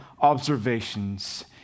observations